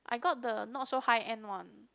I got the not so high end one